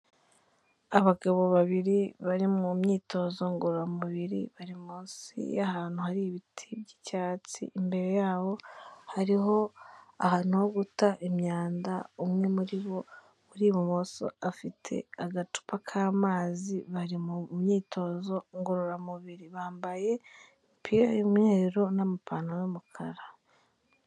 Abagabo babiri bari mu myitozo ngororamubiri bari munsi y'ahantu hari ibiti by'icyatsi, imbere yabo hariho ahantu ho guta imyanda, umwe muri bo uri ibumoso afite agacupa k'amazi bari mu myitozo ngororamubiri, bambaye imipira y'umyeru n'amapantaro y'umukara.